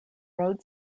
road